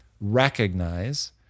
recognize